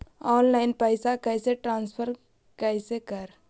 Online पैसा कैसे transfer कैसे कर?